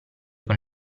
con